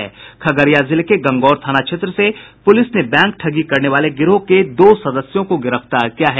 खगड़िया जिले के गंगौर थाना क्षेत्र से पुलिस ने बैंक ठगी करने वाले गिरोह के दो सदस्यों को गिरफ्तार किया है